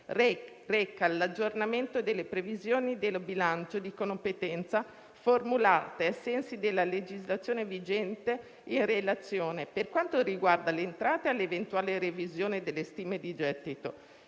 reca l'aggiornamento delle previsioni del bilancio di competenza, formulate ai sensi della legislazione vigente, in relazione, per quanto riguarda le entrate, all'eventuale revisione delle stime di gettito